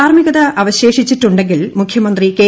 ധാർമ്മികത അവശേഷിച്ചിട്ടുണ്ടെങ്കിൽ മുഖ്യമന്ത്രി കെ